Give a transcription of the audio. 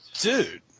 dude